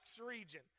Region